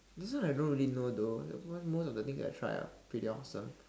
this one I don't really know though everyone most of the things that I tried are pretty awesome